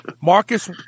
Marcus